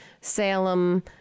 Salem